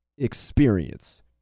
experience